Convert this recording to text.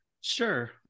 Sure